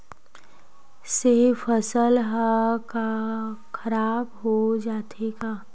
से फसल ह खराब हो जाथे का?